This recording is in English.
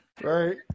Right